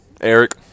Eric